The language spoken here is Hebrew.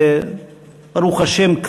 שברוך השם,